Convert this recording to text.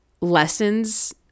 lessons